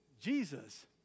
Jesus